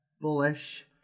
bullish